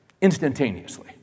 Instantaneously